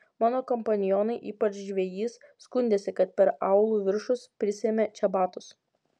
mano kompanionai ypač žvejys skundėsi kad per aulų viršus prisėmė čebatus